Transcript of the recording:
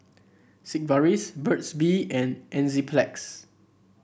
Sigvaris Burt's Bee and Enzyplex